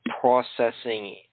processing